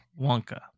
Wonka